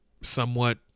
somewhat